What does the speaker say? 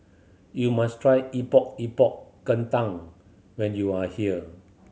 you must try Epok Epok Kentang when you are here